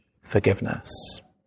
forgiveness